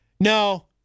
No